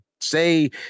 say –